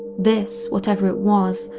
this, whatever it was,